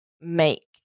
make